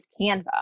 Canva